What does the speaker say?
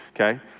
okay